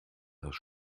das